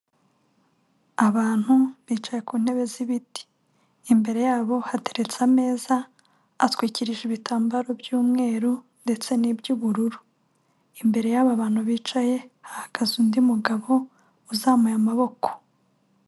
Abantu bicaye ku ntebe z'ibiti, imbere yabo hateretse ameza atwikirije ibitambaro by'umweru ndetse n'iby'ubururu, imbere y'aba bantu bicaye hahagaze undi mugabo uzamuye amaboko.